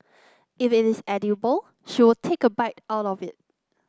if it is edible she will take a bite out of it